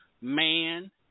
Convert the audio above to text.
man